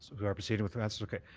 we are proceeding with the answer? okay.